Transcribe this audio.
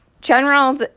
general